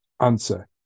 Answer